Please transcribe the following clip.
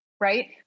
Right